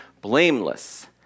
blameless